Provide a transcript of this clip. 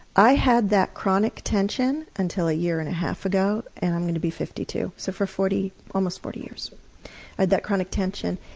i had that chronic tension until a year and a half ago, and i'm going to be fifty-two. so for almost forty years i had that chronic tension.